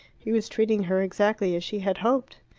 he was treating her exactly as she had hoped.